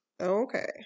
Okay